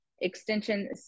extension